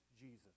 Jesus